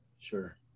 Sure